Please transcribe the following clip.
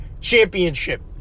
Championship